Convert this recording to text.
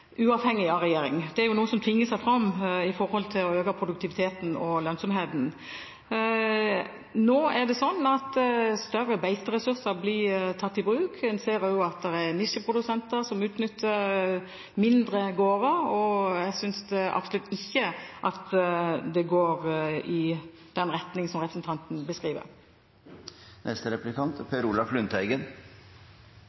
uavhengig av regjering. Det er jo noe som tvinger seg fram, med tanke på å øke produktiviteten og lønnsomheten. Nå er det slik at større beiteressurser blir tatt i bruk. En ser også at det er nisjeprodusenter som utnytter mindre gårder, og jeg synes absolutt ikke at det går i den retning som representanten beskriver.